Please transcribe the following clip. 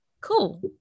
Cool